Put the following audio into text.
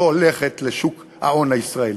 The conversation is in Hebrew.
"אייפקס" לא הולכת לשוק ההון הישראלי?